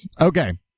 Okay